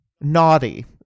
Naughty